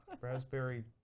Raspberry